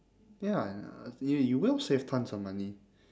ya and uh you you will save tons of money